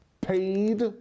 paid